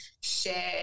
share